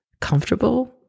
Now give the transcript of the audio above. Comfortable